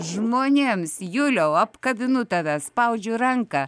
žmonėms juliau apkabinu tave spaudžiu ranką